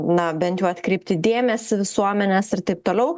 na bent jau atkreipti dėmesį visuomenės ir taip toliau